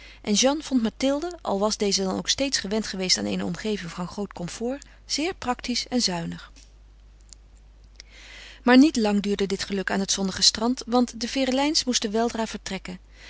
en jeanne vond mathilde al was deze dan ook steeds gewend geweest aan eene omgeving van groot comfort zeer practisch en zuinig maar niet lang duurde dit geluk aan het zonnige strand want de ferelijns moesten weldra vertrekken